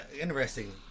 interesting